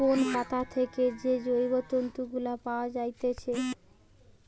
কোন পাতা থেকে যে জৈব তন্তু গুলা পায়া যাইতেছে